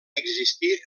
existir